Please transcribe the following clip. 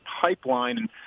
Pipeline